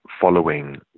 following